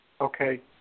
Okay